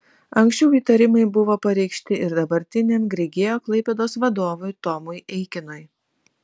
anksčiau įtarimai buvo pareikšti ir dabartiniam grigeo klaipėdos vadovui tomui eikinui